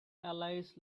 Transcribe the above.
allies